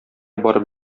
барып